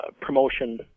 promotion